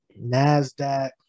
NASDAQ